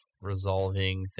resolving